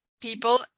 people